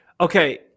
Okay